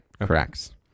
Correct